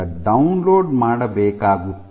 com download ಮಾಡಬೇಕಾಗುತ್ತದೆ